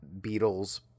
Beatles